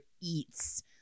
eats